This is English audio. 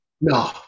No